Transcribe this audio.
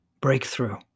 breakthrough